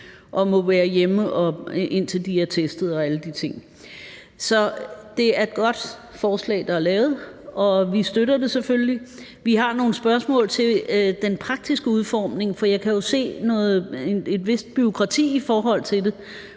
og må være hjemme, indtil de er testet og alle de ting. Så det er et godt forslag, der er lavet, og vi støtter det selvfølgelig. Vi har nogle spørgsmål til den praktiske udformning, for jeg kan jo se et vist bureaukrati i forhold til det.